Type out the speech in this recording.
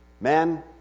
man